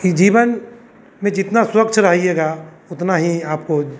इस जीवन में जितना स्वच्छ रहिएगा उतना ही आपको